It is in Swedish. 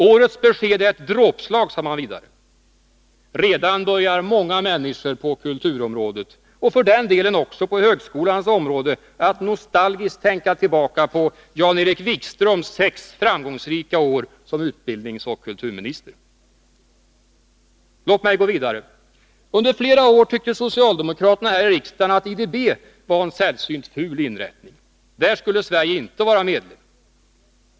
Årets besked är ett dråpslag, sade man vidare. Redan börjar många människor på kulturområdet och för den delen också på högskolans område att nostalgiskt tänka tillbaka på Jan-Erik Wikströms sex framgångsrika år som utbildningsoch kulturminister. Låt mig gå vidare. Under flera år tyckte socialdemokraterna här i riksdagen att IDB var en sällsynt ful inrättning. Där skulle Sverige inte vara med.